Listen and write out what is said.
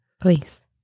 please